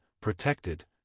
protected